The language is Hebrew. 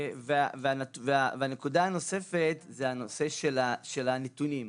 הנקודה הנוספת זה הנושא של הנתונים.